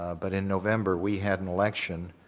but in november we had an election.